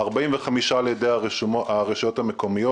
45 שקלים ממומנים על ידי הרשויות המקומיות,